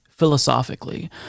philosophically